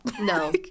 No